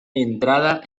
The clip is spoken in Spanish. entrada